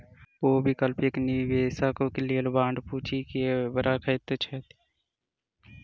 ओ वैकल्पिक निवेशक लेल बांड पूंजी के रखैत छथि